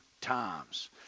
times